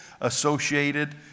associated